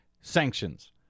sanctions